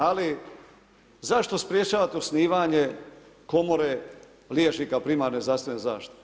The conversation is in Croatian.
Ali zašto sprječavati osnivanje komore liječnika primarne zdravstvene zaštite?